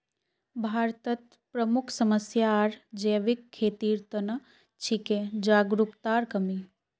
भारतत प्रमुख समस्या आर जैविक खेतीर त न छिके जागरूकतार कमी